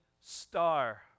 star